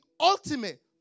ultimate